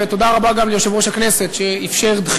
ותודה רבה גם ליושב-ראש הכנסת,